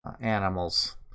animals